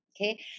okay